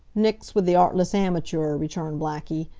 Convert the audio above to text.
nix with the artless amateur, returned blackie.